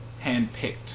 handpicked